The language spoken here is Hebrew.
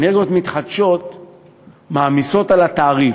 אנרגיות מתחדשות מעמיסות על התעריף.